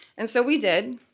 and so we did.